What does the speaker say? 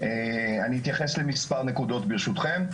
אני אתייחס למספר נקודות ברשותכם.